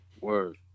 Word